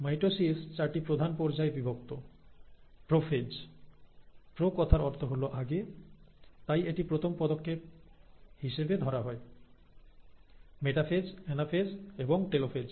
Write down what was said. mitosis চারটি প্রধান পর্যায়ে বিভক্ত প্রোফেজ প্র কথার অর্থ হল আগে তাই এটি প্রথম পদক্ষেপ হিসেবে ধরা হয় মেটাফেজ অ্যানাফেজ এবং টেলোফেজ